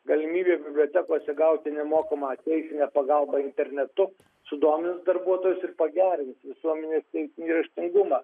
galimybė bibliotekose gauti nemokamą teisinę pagalbą internetu sudomins darbuotojus ir pagerins visuomenės teisinį raštingumą